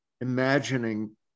imagining